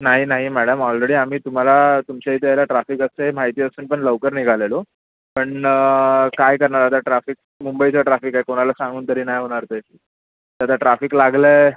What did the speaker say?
नाही नाही madam already आम्ही तुम्हाला तुमच्या इथे यायला ट्राफिक असते माहिती असून पण लवकर निघालेलो पण काय करणार आता ट्राफिक मुंबईचं ट्रॅफिक आहे कोणाला सांगून तरी नाही होणार ते तर आता ट्राफिक लागलं आहे